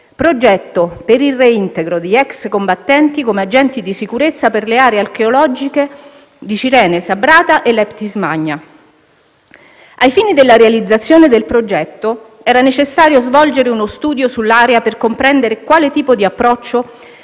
Progetto per il reintegro di ex combattenti come agenti di sicurezza per le aree archeologiche di Cirene, Sabratha e Leptis Magna». Ai fini della realizzazione del progetto, era necessario svolgere uno studio sull'area per comprendere quale tipo di approccio